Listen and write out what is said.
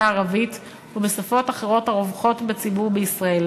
הערבית ובשפות אחרות הרווחות בציבור בישראל,